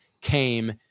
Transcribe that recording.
came